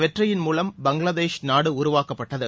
வெற்றியின் மூலம் பங்களாதேஷ் நாடு உருவாக்கப்பட்டது